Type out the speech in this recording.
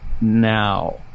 now